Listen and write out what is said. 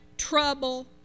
Trouble